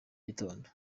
gitondo